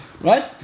right